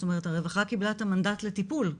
זאת אומרת, הרווחה קיבלה את המנדט לטיפול.